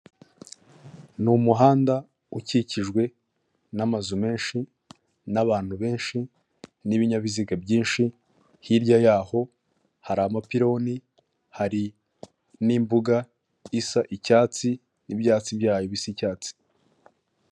Ni umuhanda ukikijwe n'amazu menshi n'abantu benshi n'ibinyabiziga byinshi ,hirya y'aho hari amapironi hari n'imbuga isa icyatsi n'ibyatsi byayo bisa icyatsi.